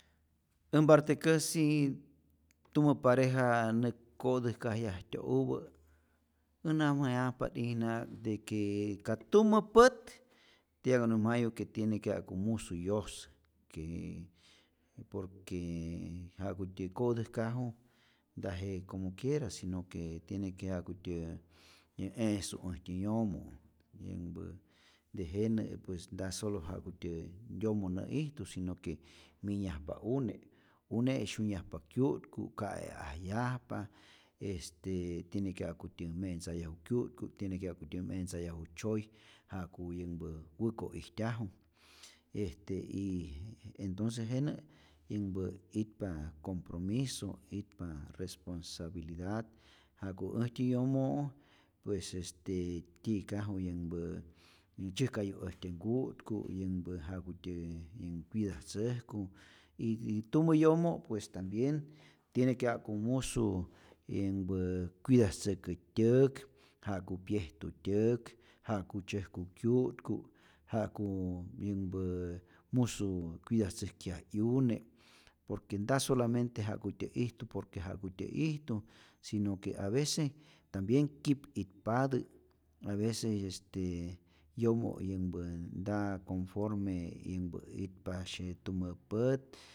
Äj mpartekäsi tumä pareja nä ko'täjkajyajtyo'upä äj nämyajajpa't'ijna, de que kä tumä pät tiene wa näjmayu que tiene que ja'ku musu yosä, que por que ja'kutyä ko'täjkaju ntaje como quiera, si no que tiene que jakutyä nä e'su äjtyä yomo', yänhpä tejenä pues nta solo ja'kutyä yomo nä'ijtu, si no que minyajpa une', une' syunyajpa kyu'tku, ka'e'ajyajpa, este tiene que ja'kutyät me'ntzayaju kyu'tku, tiene que ja'kutyät me'tzayaju tzyoy, ja'ku yänhpä wäko ijtyaju, este y entonce jenä yänhpä itpa compromiso, itpa responsabilidad ja'ku äjtyä yomo' pues este tyi'kaju yänhpä tzyäjkayu äjtyä nku'tku, yänhpä ja'kutyä cuidatzäjku y tumä yomo pues tambien tiene que ja'ku musu yänhpä cuidatzäkä tyäk, ja'ku pyejtu tyäk, ja'ku tzyäjku kyu'tku, ja'ku yanhpä musu cuidatzäjkyaj 'yune, por que nta solamente ja'kutyä ijtu por que ja'kutyä ijtu, si no que avece tambien kip kip'patä, aveces este yomo' yänhpä nta conforme yänhpä itpasye tumä pät.